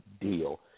deal